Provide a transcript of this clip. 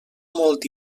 molt